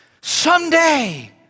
Someday